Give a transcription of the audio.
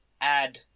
add